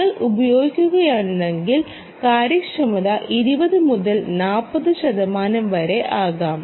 നിങ്ങൾ ഉപയോഗിക്കുകയാണെങ്കിൽ കാര്യക്ഷമത 20 മുതൽ 40 ശതമാനം വരെ ആകാം